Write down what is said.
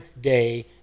day